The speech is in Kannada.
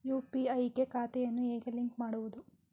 ಯು.ಪಿ.ಐ ಗೆ ಖಾತೆಯನ್ನು ಹೇಗೆ ಲಿಂಕ್ ಮಾಡುವುದು?